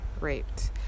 raped